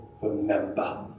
remember